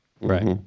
right